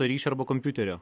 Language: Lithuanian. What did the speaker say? ryšio arba kompiuterio